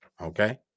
Okay